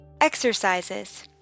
exercises